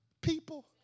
people